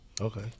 Okay